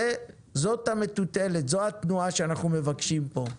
זו המטוטלת, זו התנועה שאנחנו מבקשים פה,